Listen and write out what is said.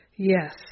yes